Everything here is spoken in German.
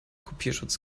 kopierschutz